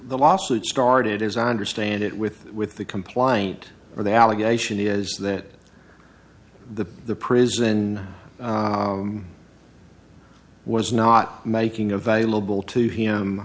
the lawsuit started as i understand it with with the complaint or the allegation is that the the prison was not making available to him